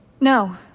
No